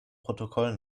protokoll